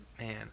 Man